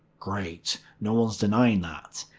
great. no one's denying that.